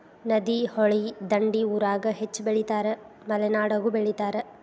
ನದಿ, ಹೊಳಿ ದಂಡಿ ಊರಾಗ ಹೆಚ್ಚ ಬೆಳಿತಾರ ಮಲೆನಾಡಾಗು ಬೆಳಿತಾರ